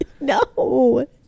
no